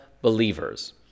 believers